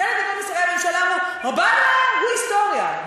חלק גדול משרי הממשלה אמרו: אובמה הוא היסטוריה,